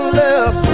love